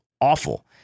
awful